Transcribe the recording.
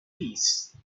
piece